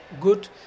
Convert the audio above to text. good